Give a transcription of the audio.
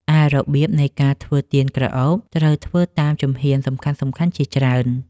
ឯរបៀបនៃការធ្វើទៀនក្រអូប ត្រូវធ្វើតាមជំហានសំខាន់ៗជាច្រើន។